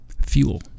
fuel